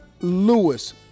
Lewis